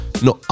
No